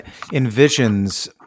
envisions